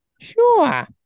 Sure